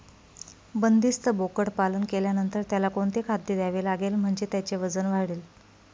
बंदिस्त बोकडपालन केल्यानंतर त्याला कोणते खाद्य द्यावे लागेल म्हणजे त्याचे वजन वाढेल?